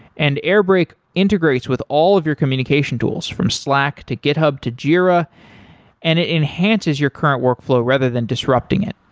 and airbrake integrates with all of your communication tools, from slack, to github, to jira and it enhances your current workflow rather than disrupting it.